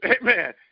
Amen